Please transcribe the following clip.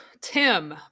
Tim